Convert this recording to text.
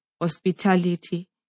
hospitality